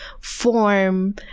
form